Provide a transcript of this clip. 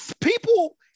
People